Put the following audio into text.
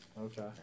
Okay